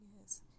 Yes